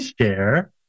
share